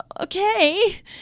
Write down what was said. okay